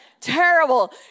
Terrible